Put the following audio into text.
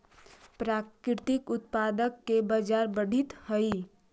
प्राकृतिक उत्पाद के बाजार बढ़ित हइ